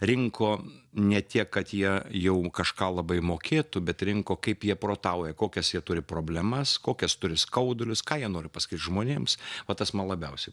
rinko ne tiek kad jie jau kažką labai mokėtų bet rinko kaip jie protauja kokias jie turi problemas kokias turi skaudulius ką jie nori pasakyt žmonėms o tas man labiausiai